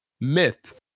myth